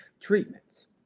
treatments